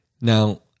Now